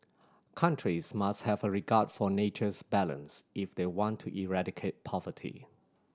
countries must have a regard for nature's balance if they want to eradicate poverty